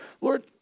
Lord